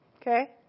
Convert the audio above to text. Okay